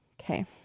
Okay